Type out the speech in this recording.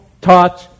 touch